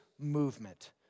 movement